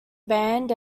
band